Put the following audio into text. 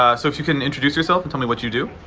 ah so, if you can introduce yourself and tell me what you do?